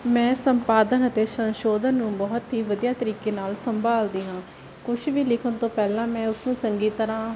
ਮੈਂ ਸੰਪਾਦਨ ਅਤੇ ਸੰਸ਼ੋਧਨ ਨੂੰ ਬਹੁਤ ਹੀ ਵਧੀਆ ਤਰੀਕੇ ਨਾਲ ਸੰਭਾਲਦੀ ਹਾਂ ਕੁਛ ਵੀ ਲਿਖਣ ਤੋਂ ਪਹਿਲਾਂ ਮੈਂ ਉਸਨੂੰ ਚੰਗੀ ਤਰ੍ਹਾਂ